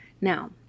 Now